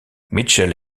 mitchell